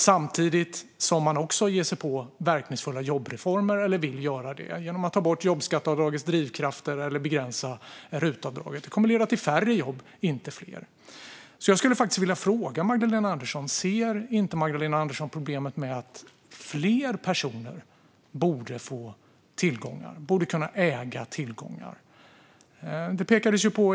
Samtidigt ger man sig på verkningsfulla jobbreformer - eller vill göra det - genom att ta bort jobbskatteavdragets drivkrafter eller begränsa rutavdraget. Det kommer att leda till färre jobb, inte fler. Därför skulle jag vilja fråga Magdalena Andersson om hon inte ser problemet kring frågan om att fler personer borde kunna äga tillgångar.